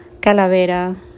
Calavera